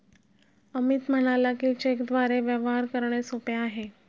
अमित म्हणाला की, चेकद्वारे व्यवहार करणे सोपे आहे